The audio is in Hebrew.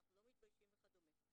אנחנו לא מתביישים וכדומה.